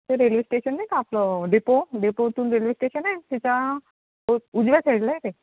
ते railway station नाही का आपलं डेपो डेपोतून रेल्वे स्टेशन आहे तिच्या उजव्या साईडला आहे ते